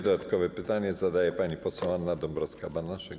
Dodatkowe pytanie zada pani poseł Anna Dąbrowska-Banaszek.